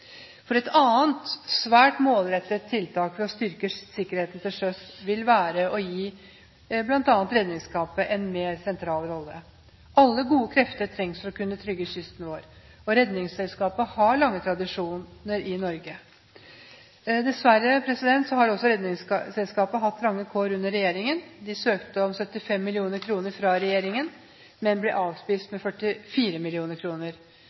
Et annet svært målrettet tiltak for å styrke sikkerheten til sjøs vil være å gi bl.a. Redningsselskapet en mer sentral rolle. Alle gode krefter trengs for å kunne trygge kysten vår, og Redningsselskapet har lange tradisjoner i Norge. Dessverre har også Redningsselskapet hatt trange kår under denne regjeringen. De søkte om 75 mill. kr fra regjeringen, men ble avspist